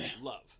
love